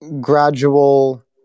gradual